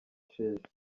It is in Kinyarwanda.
sheja